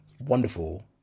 wonderful